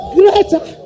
greater